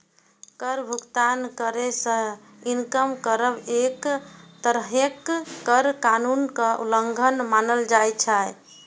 कर भुगतान करै सं इनकार करब एक तरहें कर कानूनक उल्लंघन मानल जाइ छै